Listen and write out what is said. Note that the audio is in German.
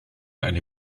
eine